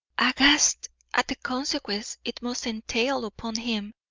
aghast at the consequences it must entail upon him,